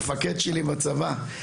המפקד שלי בצבא.